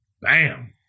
Bam